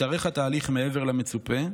התארך התהליך מעבר למצופה.